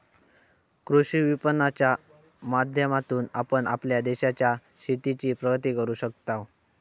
कृषी विपणनाच्या माध्यमातून आपण आपल्या देशाच्या शेतीची प्रगती करू शकताव